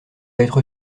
être